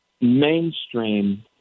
mainstream